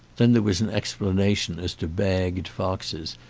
then there was an explanation as to bagged foxes,